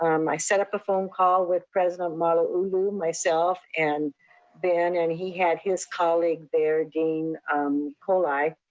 um i set up a phone call with president malauulu, myself, and ben. and he had his colleague there, dean um colli.